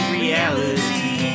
reality